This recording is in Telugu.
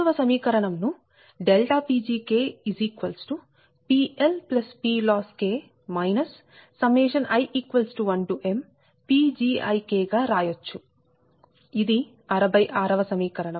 63 వ సమీకరణం ను PgPLPLossK i1mPgi గా రాయచ్చు ఇది 66 వ సమీకరణం